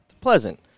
pleasant